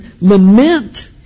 lament